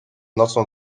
nocą